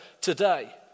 today